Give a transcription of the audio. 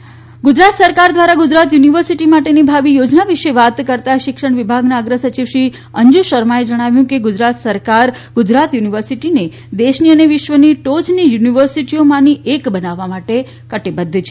ગુજરાત સરકાર દ્વારા ગુજરાત યુનિવર્સિટી માટેની ભાવિ યોજના વિશે વાત કરતા શિક્ષણ વિભાગના અગ્ર સચિવ શ્રી અંજુ શર્માએ જણાવ્યું હતું કે ગુજરાત સરકાર ગુજરાત યુનિવર્સિટીને દેશની અને વિશ્વની ટોચની યુનિવર્સિટીઓમાંની એક બનાવવા માટે કટિબદ્ધ છે